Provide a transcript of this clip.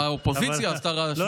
האופוזיציה עשתה רעש וצלצולים.